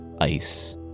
ice